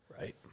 right